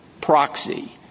proxy